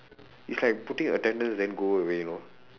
it's like putting attendance then go away you know